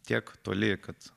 tiek toli kad